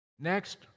Next